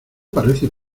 pareces